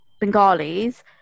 Bengali's